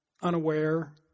unaware